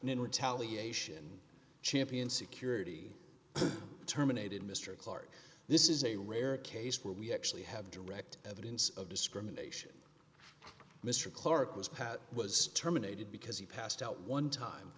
in retaliation champion security terminated mr clark this is a rare case where we actually have direct evidence of discrimination mr clark was pat was terminated because he passed out one time